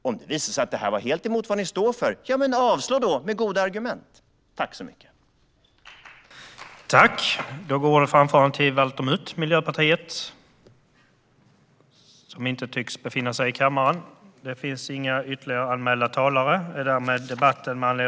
Om det visar sig att detta går helt emot det ni står för kan ni med goda argument yrka på avslag.